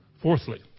Fourthly